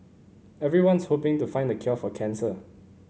everyone's hoping to find the cure for cancer